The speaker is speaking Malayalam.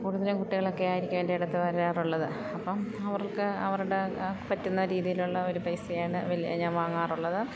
കൂടുതലും കുട്ടികൾ ഒക്കെ ആയിരിക്കും എൻ്റെ അടുത്ത് വരാറുള്ളത് അപ്പം അവർക്ക് അവരുടെ പറ്റുന്ന രീതിയിൽ ഉള്ള ഒരു പൈസയാണ് വലിയ ഞാൻ വാങ്ങാറുള്ളത്